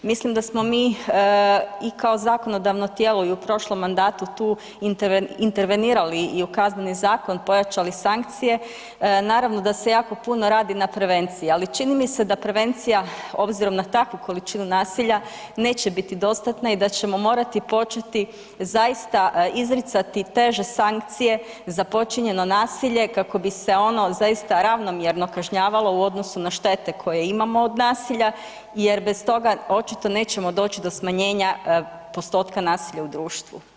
Mislim da smo mi i kao zakonodavno tijelo i u prošlom mandatu tu intervenirali i u Kazneni zakon, pojačali sankcije, naravno da se jako puno radi na prevenciji, ali čini mi se da prevencija obzirom na takvu količinu nasilja neće biti dostatna i da ćemo morati početi zaista izricati teže sankcije za počinjeno nasilje kako bi se ono zaista ravnomjerno kažnjavalo u odnosu štete koje imamo od nasilja jer bez toga očito nećemo doći do smanjenja postotka nasilja u društvu.